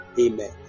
Amen